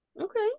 Okay